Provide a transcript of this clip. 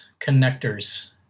connectors